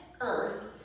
Earth